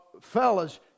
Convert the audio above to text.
Fellas